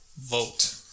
vote